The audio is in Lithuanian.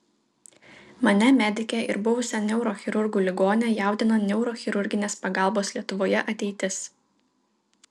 mane medikę ir buvusią neurochirurgų ligonę jaudina neurochirurginės pagalbos lietuvoje ateitis